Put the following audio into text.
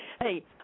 Hey